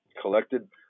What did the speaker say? collected